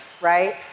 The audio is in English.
right